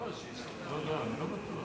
לא לא, אני לא בטוח.